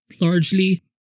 largely